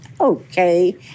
Okay